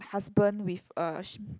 husband with a sh~